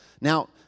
Now